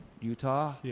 Utah